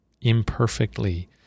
imperfectly